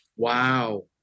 Wow